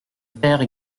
père